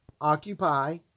Occupy